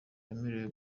wemerewe